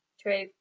True